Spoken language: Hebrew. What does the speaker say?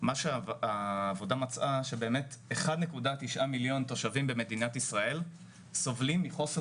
מה שהעבודה מצאה שבאמת 1,900,000 תושבים במדינת ישראל סובלים מחוסר